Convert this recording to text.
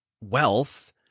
wealth